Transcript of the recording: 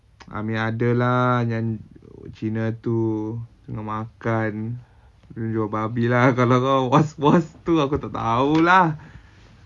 I mean ada lah yang cina tu tengah makan dia jual babi lah kalau kau was-was tu aku tak tahu lah